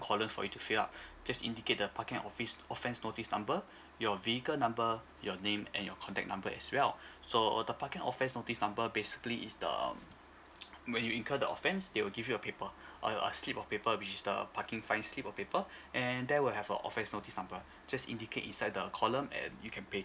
columns for you to fill up just indicate the parking office offence notice number your vehicle number your name and your contact number as well so the parking offence notice number basically is the um when you incur the offence they will give you a paper a a slip of paper which is the parking fines slip of paper and there will have a offence notice number just indicate inside the column and you can pay